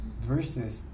versus